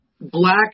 black